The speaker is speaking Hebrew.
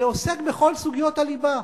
שעוסק בכל סוגיות הליבה: